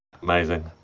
Amazing